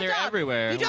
yeah everywhere. yeah